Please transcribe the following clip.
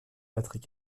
patrick